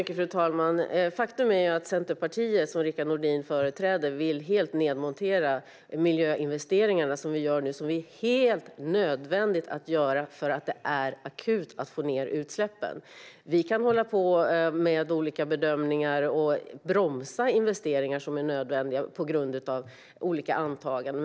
Fru talman! Faktum är att Centerpartiet, som Rickard Nordin företräder, helt och hållet vill nedmontera de miljöinvesteringar som vi nu gör och som är helt nödvändiga att göra eftersom läget är akut när det gäller att få ned utsläppen. Vi kan göra olika bedömningar och bromsa investeringar som är nödvändiga på grund av olika antaganden.